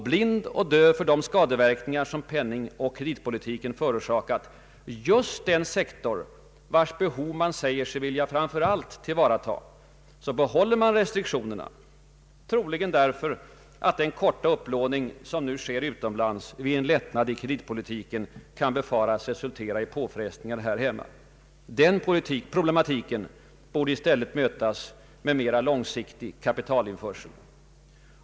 Blind och döv för de skadeverkningar penningoch kreditpolitiken förorsakat just den sektor vars behov man säger sig framför allt vilja tillvarata behåller man restriktionerna, troligen därför att den korta upplåning, som nu sker utomlands, vid en lättnad i kreditpolitiken kan befaras resultera i påfrestningar här hemma. Denna problematik borde i stället mötas med en mer långsiktig kapitaltillförsel.